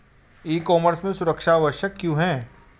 ई commerce में सुरक्षा आवश्यक क्यों है?